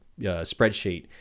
spreadsheet